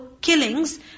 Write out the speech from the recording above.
killings